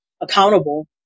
accountable